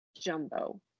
jumbo